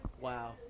Wow